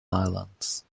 islands